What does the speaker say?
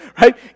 right